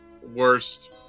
worst